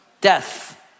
Death